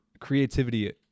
creativity